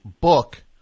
book